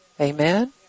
Amen